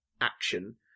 Action